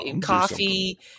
coffee